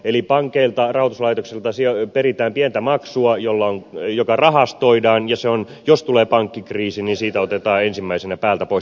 eli pankeilta rahoituslaitoksilta peritään pientä maksua joka rahastoidaan ja jos tulee pankkikriisi siitä otetaan ensimmäisenä päältä pois